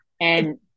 and-